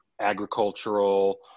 agricultural